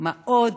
מה עוד